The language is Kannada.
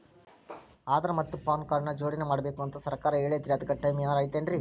ಆಧಾರ ಮತ್ತ ಪಾನ್ ಕಾರ್ಡ್ ನ ಜೋಡಣೆ ಮಾಡ್ಬೇಕು ಅಂತಾ ಸರ್ಕಾರ ಹೇಳೈತ್ರಿ ಅದ್ಕ ಟೈಮ್ ಏನಾರ ಐತೇನ್ರೇ?